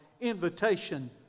invitation